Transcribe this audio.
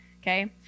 okay